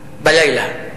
בלילה.